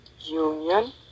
union